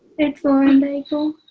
it's lauren daigle.